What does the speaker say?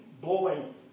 blowing